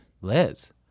Liz